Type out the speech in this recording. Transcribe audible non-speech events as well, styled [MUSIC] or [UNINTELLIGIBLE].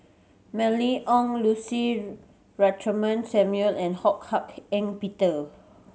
Mylene Ong Lucy [UNINTELLIGIBLE] Samuel and Ho Hak Ean Peter